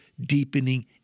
deepening